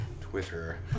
Twitter